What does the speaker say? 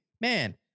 man